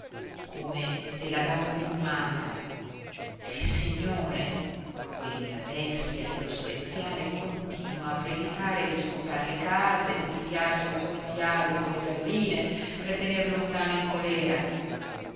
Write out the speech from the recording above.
come della bava di lumaca sissignore quella bestia dello speziale continua a predicare di scopar le case di pigliarsela coi maiali e colle galline per tener lontano il colèra